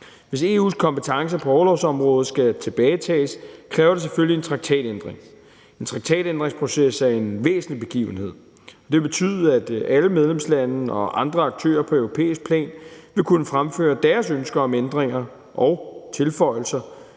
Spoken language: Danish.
Hvis EU's kompetence på orlovsområdet skal tilbagetages, kræver det selvfølgelig en traktatændring. En traktatændringsproces er en væsentlig begivenhed, og det vil betyde, at alle medlemslande og andre aktører på europæisk plan vil kunne fremføre deres ønsker om ændringer og tilføjelser,